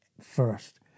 first